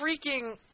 freaking